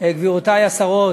גבירותי השרות,